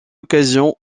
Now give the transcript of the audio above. occasion